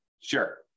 Sure